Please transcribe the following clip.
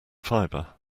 fibre